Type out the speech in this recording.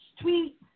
Tweet